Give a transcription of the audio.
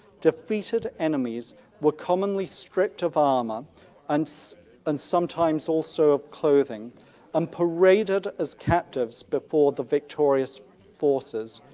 defeated enemies were commonly stripped of armour and so and sometimes also of clothing and paraded as captives before the victorious forces.